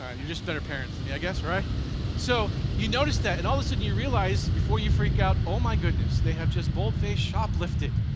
ah you're just better parents than me i guess. so you notice that and all the sudden you realize before you freak out, oh my goodness, they have just boldface shoplifted.